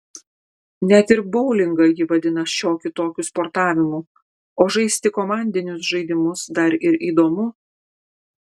net ir boulingą ji vadina šiokiu tokiu sportavimu o žaisti komandinius žaidimus dar ir įdomu